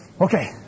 okay